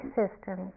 system